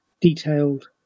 detailed